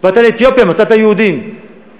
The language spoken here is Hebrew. באת לאתיופיה מצאת יהודים,